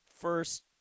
first